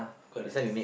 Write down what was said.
correct